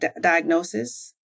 diagnosis